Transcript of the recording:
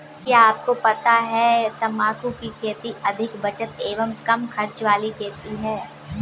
क्या आपको पता है तम्बाकू की खेती अधिक बचत एवं कम खर्च वाली खेती है?